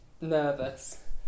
Nervous